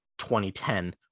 2010